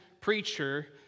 preacher